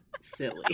silly